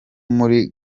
muri